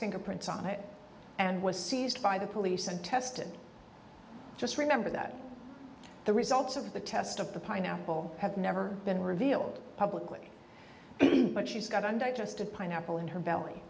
fingerprints on it and was seized by the police and tested just remember that the results of the test of the pineapple have never been revealed publicly but she's got undigested pineapple in her belly